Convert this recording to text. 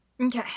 Okay